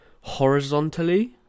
horizontally